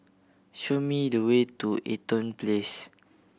show me the way to Eaton Place